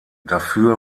dafür